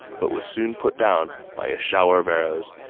but was soon put down by a shower of arrows,